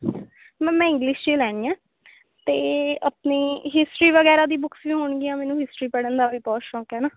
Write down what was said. ma'am ਮੈਂ English 'ਚ ਏ ਲੈਣੀ ਹੈ ਅਤੇ ਆਪਣੀ ਹਿਸਟਰੀ ਵਗੈਰਾ ਦੀ ਬੁੱਕਸ ਵੀ ਹੋਣਗੀਆਂ ਮੈਨੂੰ ਹਿਸਟਰੀ ਪੜ੍ਹਨ ਦਾ ਵੀ ਬਹੁਤ ਸ਼ੌਂਕ ਹੈ ਨਾ